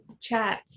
chat